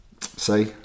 see